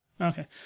Okay